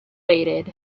waited